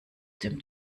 dem